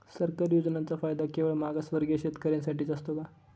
सरकारी योजनांचा फायदा केवळ मागासवर्गीय शेतकऱ्यांसाठीच असतो का?